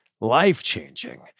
life-changing